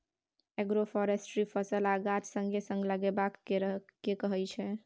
agroforestry फसल आ गाछ संगे संग लगेबा केँ कहय छै